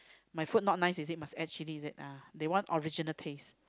my food not nice is it must add chilli is it ah they want original taste